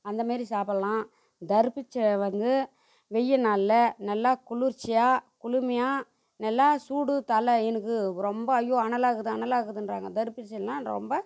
அந்த மாரி சாப்பிட்லாம் தர்ப்பிச்ச வந்து வெயில் நாளில் நல்லா குளிர்ச்சியாக குளுமையாக நல்லா சூடு தலை எனக்கு ரொம்ப ஐயோ அனலாக இருக்குது அனலாக இருக்குதுன்றாங்க தர்ப்பிச்சன்னா ரொம்ப